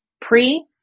pre